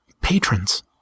patrons